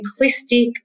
simplistic